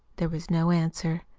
there was no answer.